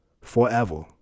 forever